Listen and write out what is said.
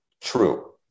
true